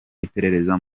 iperereza